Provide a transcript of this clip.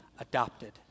adopted